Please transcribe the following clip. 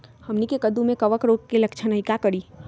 हमनी के कददु में कवक रोग के लक्षण हई का करी?